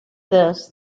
this